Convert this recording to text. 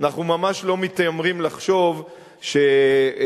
אנחנו ממש לא מתיימרים לחשוב שכוחנו